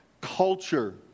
culture